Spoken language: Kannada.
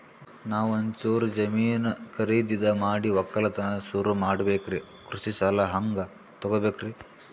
ನಾ ಒಂಚೂರು ಜಮೀನ ಖರೀದಿದ ಮಾಡಿ ಒಕ್ಕಲತನ ಸುರು ಮಾಡ ಬೇಕ್ರಿ, ಕೃಷಿ ಸಾಲ ಹಂಗ ತೊಗೊಬೇಕು?